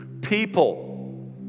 People